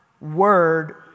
word